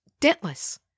dentless